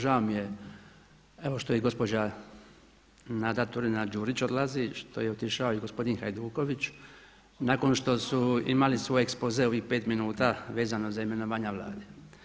Žao mi je evo što je i gospođa Nada Turina-Đurić odlazi, što je otišao i gospodin Hajduković nakon što su imali svoj ekspoze ovih 5 minuta vezano za imenovanja Vlade.